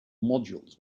modules